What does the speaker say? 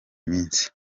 minsi